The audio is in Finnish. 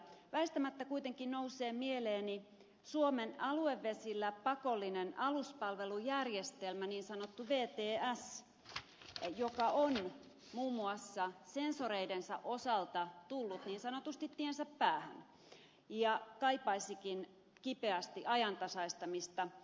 väistämättä kuitenkin nousee mieleeni suomen aluevesillä pakollinen aluspalvelujärjestelmä niin sanottu vts joka on muun muassa sensoreidensa osalta tullut niin sanotusti tiensä päähän ja kaipaisikin kipeästi ajantasaistamista